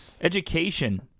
Education